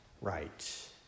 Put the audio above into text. right